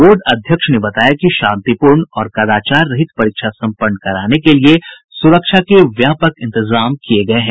board अध्यक्ष ने बताया कि शांतिपूर्ण और कदाचार रहित परीक्षा सम्पन्न कराने के लिए सुरक्षा के व्यापक इंतजाम किये गये हैं